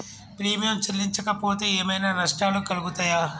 Premium చెల్లించకపోతే ఏమైనా నష్టాలు కలుగుతయా?